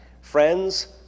friends